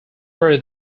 were